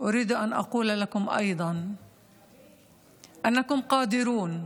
רוצה לומר לכם שאתם מסוגלים,